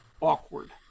awkward